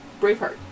Braveheart